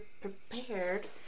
prepared